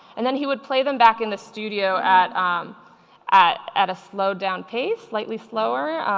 and then he would play them back in the studio at um at at a slowed down pace, slightly slower.